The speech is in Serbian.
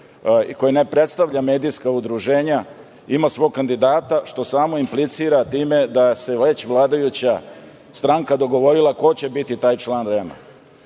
i koja ne predstavlja medijska udruženja, ima svog kandidata, što samo implicira time da se već vladajuća stranka dogovorila, ko će biti taj član